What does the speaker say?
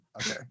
Okay